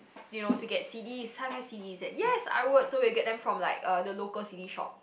you know to get c_ds high five c_ds eh yes I would so we all get them from like uh the local c_d shop